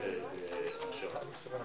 בשעה 10:00.